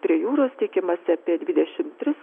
prie jūros tikimasi apie dvidešim tris